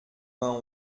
vingt